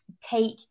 take